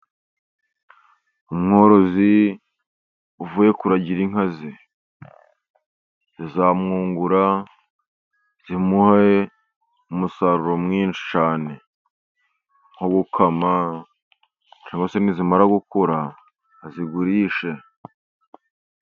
Umworozi uvuye kuragira inka ze, zamwungura zimuhe umusaruro mwinshi cyane nko gukama maze nizimara gukura azigurishe.